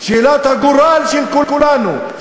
שאלת הגורל של כולנו,